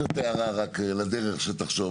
זאת הערה רק לדרך שתחשוב,